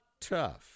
tough